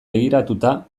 begiratuta